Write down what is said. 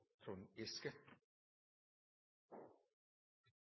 Trond Giske